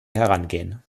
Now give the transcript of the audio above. herangehen